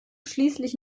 schließlich